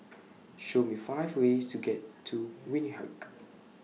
Show Me five ways to get to Windhoek